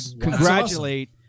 congratulate